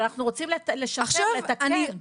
אבל אנחנו רוצים לשפר, לתקן.